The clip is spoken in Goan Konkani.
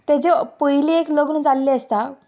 तेजें पयलीं एक लग्न जाल्लें आसता